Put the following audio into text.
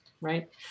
right